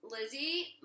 Lizzie